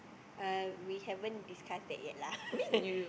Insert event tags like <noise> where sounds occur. uh we haven't discussed that yet lah <laughs>